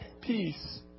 peace